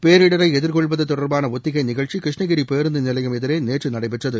பேரிடரை எதிர்கொள்வது தொடர்பான ஒத்திகை நிகழ்ச்சி கிருஷ்ணகிரி பேருந்து நிலையம் எதிரே நேற்று நடைபெற்றது